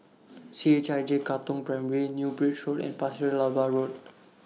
C H I J Katong Primary New Bridge Road and Pasir Laba Road